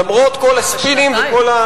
למרות כל הספינים וכל,